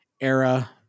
era